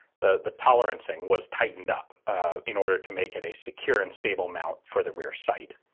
the the tolerancing, was tightened up in order to make it a secure and stable mount for the rear sight.